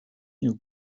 new